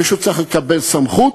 מישהו צריך לקבל סמכות,